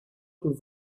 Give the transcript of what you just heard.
του